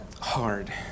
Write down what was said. hard